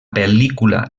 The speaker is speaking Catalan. pel·lícula